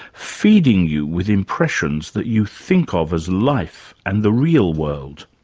feeding you with impressions that you think of as life and the real world.